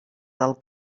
del